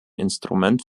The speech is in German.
instrument